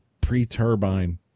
pre-turbine